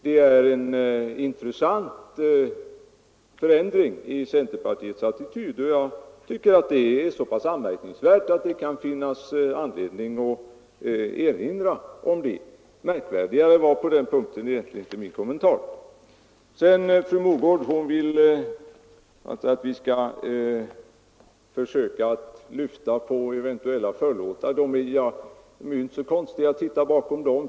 Det är en intressant förändring i centerns attityd, och jag tycker att den är så anmärkningsvärd att det kan finnas anledning att påpeka den. Märkvärdigare var inte min kommentar på den punkten. Fru Mogård vill att vi skall försöka lyfta på den förlåt som kan finnas. Ja, det är inte så svårt att titta bakom den.